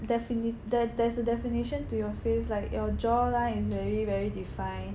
defin~ there there's a definition to your face like your jaw line is like very very defined